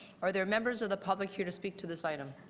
are there members of the public here to speak to this item?